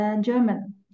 German